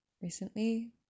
recently